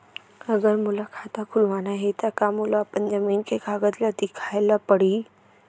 अगर मोला खाता खुलवाना हे त का मोला अपन जमीन के कागज ला दिखएल पढही?